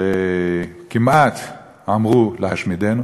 שכמעט אמרו להשמידנו.